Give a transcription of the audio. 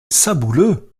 sabouleux